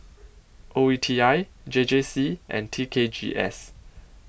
O E T I J J C and T K G S